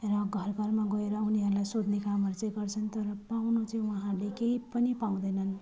र घर घरमा गएर उनीहरूलाई सोध्ने कामहरू चाहिँ गर्छन् तर पाउनु चाहिँ उहाँहरूले केही पनि पाउँदैनन्